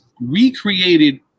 recreated